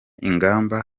ingamba